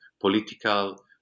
political